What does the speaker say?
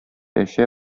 эчә